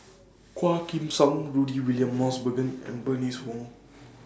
Quah Kim Song Rudy William Mosbergen and Bernice Wong